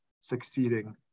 succeeding